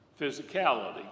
physicality